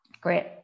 Great